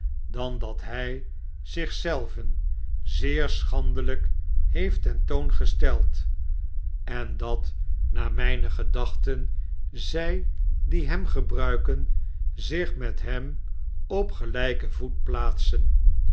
dan dat hij zich zelven zeer schandelijk heeft ten todn gesteld en dat naar mijne gedachten zij die hem gebruiken zich met hem op gelijken voet plaatsen